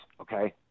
Okay